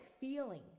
feeling